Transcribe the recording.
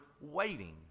waiting